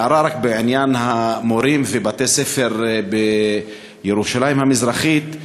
הערה רק בעניין המורים ובתי-ספר בירושלים המזרחית.